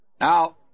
Now